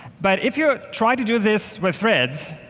but if you try to do this with threads,